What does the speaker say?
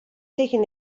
taking